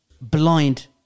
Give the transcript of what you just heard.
blind